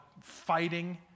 fighting